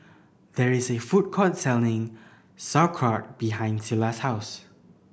there is a food court selling Sauerkraut behind Sila's house